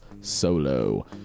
Solo